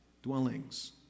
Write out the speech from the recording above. dwellings